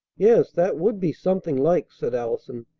yes, that would be something like! said allison.